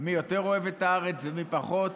מי יותר אוהב את הארץ ומי פחות,